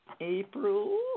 April